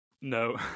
No